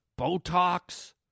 botox